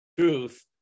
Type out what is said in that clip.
Truth